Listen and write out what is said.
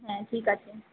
হ্য়াঁ ঠিক আছে